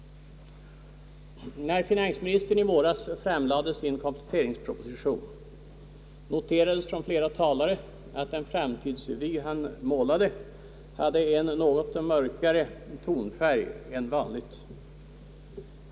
När finansministern i våras framlade sin kompletteringsproposition noterades från flera talare att den framtidsvy han målade hade en något mörkare tonfärg än vanligt.